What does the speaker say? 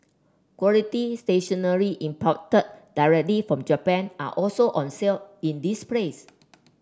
quality stationery imported directly from Japan are also on sale in this place